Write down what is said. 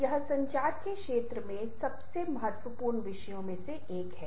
यह संचार के क्षेत्र में सबसे महत्वपूर्ण विषयों में से एक है